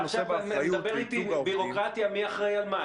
אתה עכשיו מדבר איתי בירוקרטיה מי אחראי על מה.